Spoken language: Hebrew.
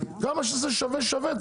כמה שזה שווה זה שווה,